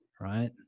right